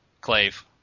Clave